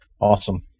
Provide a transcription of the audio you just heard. Awesome